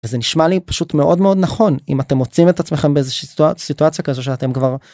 זה נשמע לי פשוט מאוד מאוד נכון אם אתם מוצאים את עצמכם באיזושהי סיטואציה כאילו שאתם כבר.